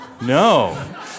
No